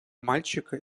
мальчика